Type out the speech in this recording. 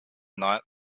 night